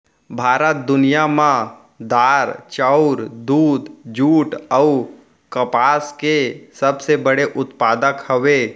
भारत दुनिया मा दार, चाउर, दूध, जुट अऊ कपास के सबसे बड़े उत्पादक हवे